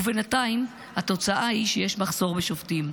ובינתיים, התוצאה היא שיש מחסור בשופטים,